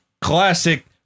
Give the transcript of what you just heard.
classic